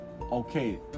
okay